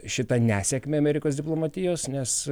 šitą nesėkmę amerikos diplomatijos nes